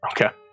Okay